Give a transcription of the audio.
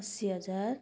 असी हजार